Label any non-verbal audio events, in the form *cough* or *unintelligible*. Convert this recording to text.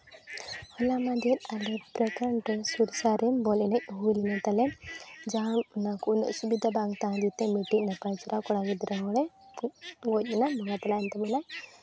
ᱦᱚᱞᱟ ᱢᱟᱦᱫᱮᱨ ᱟᱞᱮ *unintelligible* ᱵᱚᱞ ᱮᱱᱮᱡ ᱦᱩᱭ ᱞᱮᱱᱟ ᱛᱟᱞᱮ ᱡᱟᱦᱟᱸ *unintelligible* ᱵᱟᱝ ᱛᱟᱦᱮᱸ ᱞᱮᱱᱛᱮ ᱢᱤᱫᱴᱤᱡ ᱱᱟᱯᱟᱭ ᱪᱮᱨᱦᱟ ᱠᱚᱲᱟ ᱜᱤᱫᱽᱨᱟᱹ ᱦᱚᱲᱮ ᱜᱚᱡ ᱮᱱᱟᱭ ᱵᱚᱸᱜᱟ ᱛᱟᱞᱟᱭᱮᱱ ᱛᱮ ᱵᱚᱞᱮ